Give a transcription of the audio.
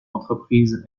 entreprise